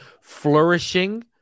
flourishing